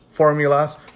formulas